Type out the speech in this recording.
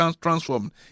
transformed